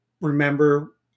remember